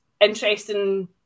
interesting